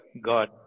God